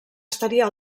estaria